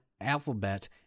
Alphabet